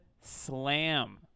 Slam